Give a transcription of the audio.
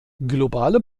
globale